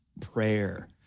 prayer